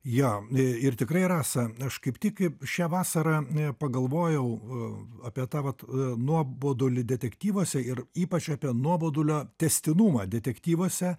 jo ir tikrai rasa aš kaip tik šią vasarą pagalvojau a apie tą vat nuobodulį detektyvuose ir ypač apie nuobodulio tęstinumą detektyvuose